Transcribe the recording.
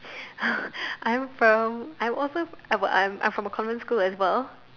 I'm from I'm also I'm I'm I'm from a common school as well